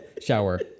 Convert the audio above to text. shower